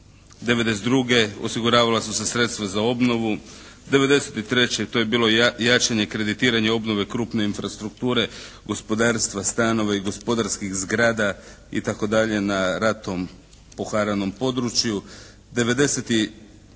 1992. osiguravala su se sredstva za obnovu. 1993. to je bilo jačanje, kreditiranje obnove krupne infrastrukture, gospodarstva, stanova i gospodarskih zgrada i tako dalje na ratom poharanom području.